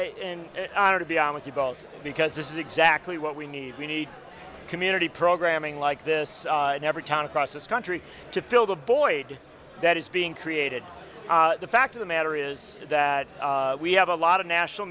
in honor to be on with you both because this is exactly what we need we need a community programming like this in every town across this country to fill the void that is being created the fact of the matter is that we have a lot of national